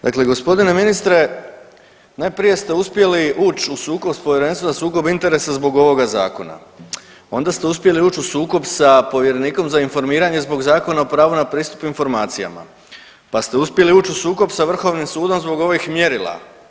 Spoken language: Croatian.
Dakle g. ministre, najprije ste uspjeli uć u sukob s Povjerenstvom za sukob interesa zbog ovoga zakona, onda ste uspjeli uć u sukob sa povjerenikom za informiranje zbog Zakona o pravu na pristup informacijama, pa ste uspjeli uć u sukob sa vrhovnim sudom zbog ovih mjerila.